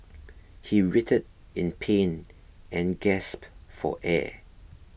he writhed in pain and gasped for air